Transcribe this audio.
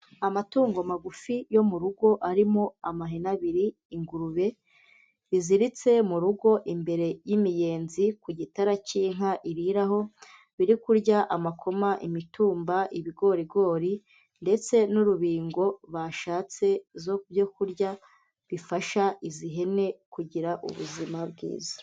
Amatungo magufi yo mu rugo arimo amahene abiri, ingurube biziritse mu rugo imbere y'imiyenzi ku gitara cy'inka iriraho, biri kurya amakoma, imitumba, ibigorigori ndetse n'urubingo bashatse byo kurya bifasha izi hene kugira ubuzima bwiza.